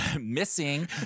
missing